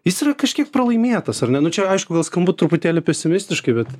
jis yra kažkiek pralaimėtas ar ne nu čia aišku gal skambu truputėlį pesimistiškai bet